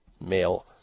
male